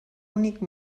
únic